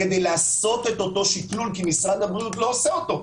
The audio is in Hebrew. כדי לעשות את אותו שקלול כי משרד הבריאות לא עושה אותו.